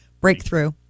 Breakthrough